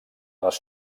les